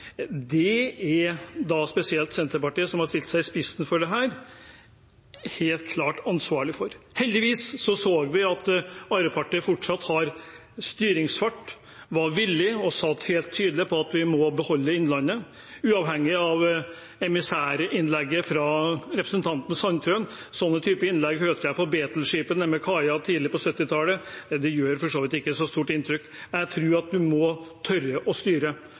Det er spesielt Senterpartiet som har stilt seg i spissen for dette, og som helt klart er ansvarlig. Heldigvis så vi at Arbeiderpartiet fortsatt har styringsfart, var villig og helt tydelig sa at vi må beholde Innlandet, uavhengig av emissærinnlegget fra representanten Sandtrøen. Den slags innlegg møtte jeg på Betel-skipet nede ved kaia tidlig på 1970-tallet, men det gjør for så vidt ikke så stort inntrykk. Jeg tror at man må tørre å styre.